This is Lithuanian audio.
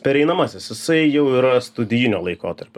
pereinamasis jisai jau yra studijinio laikotarpio